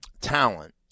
talent